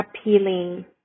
appealing